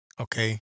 Okay